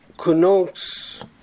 connotes